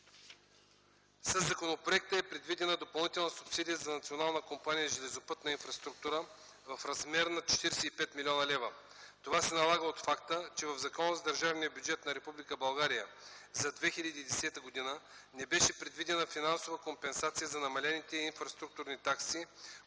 Със законопроекта е предвидена допълнителна субсидия за Националната компания „Железопътна инфраструктура” в размер на 45 млн. лв. Това се налага от факта, че в Закона за държавния бюджет на Република България за 2010 г. не беше предвидена финансова компенсация за намалените инфраструктурни такси,